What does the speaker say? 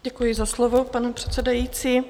Děkuji za slovo, pane předsedající.